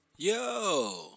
Yo